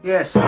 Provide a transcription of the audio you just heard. Yes